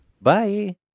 bye